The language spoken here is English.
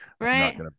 Right